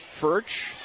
Furch